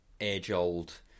age-old